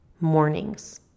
mornings